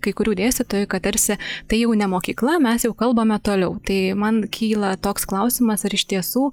kai kurių dėstytojų kad tarsi tai jau ne mokykla mes jau kalbame toliau tai man kyla toks klausimas ar iš tiesų